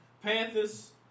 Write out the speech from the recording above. Panthers